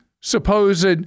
supposed